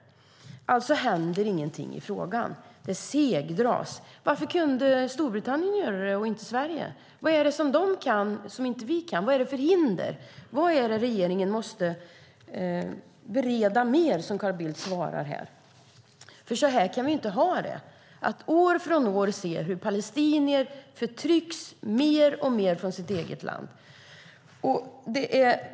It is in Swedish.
Alltså händer ingenting i frågan. Det segdras. Varför kunde Storbritannien göra det men inte Sverige? Vad är det som de kan men som inte vi kan? Vilka hinder finns? Vad är det som regeringen måste bereda mer, som Carl Bildt säger i svaret. Vi kan inte ha det så här, alltså att år från år se hur palestinier förtrycks mer och mer i sitt eget land.